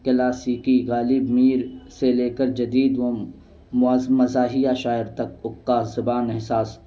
کلاسیکی غالب میر سے لے کر جدید و مزاحییہ شاعر تک ابقا زبان احساس